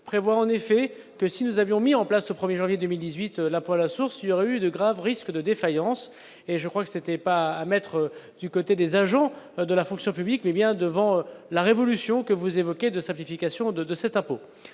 prévoit en effet que si nous avions mis en place au 1er janvier 2018 l'impôt à la source, rue de graves risques de défaillance et je crois que c'était pas à mettre du côté des agents de la fonction publique mais bien devant la révolution que vous évoquez de simplification de de cet impôt